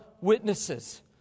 witnesses